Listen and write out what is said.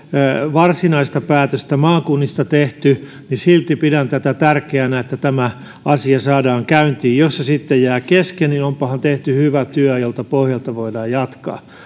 varsinaista päätöstä maakunnista tehty niin silti pidän tärkeänä sitä että tämä asia saadaan käyntiin jos se sitten jää kesken niin onpahan tehty hyvä työ jolta pohjalta voidaan jatkaa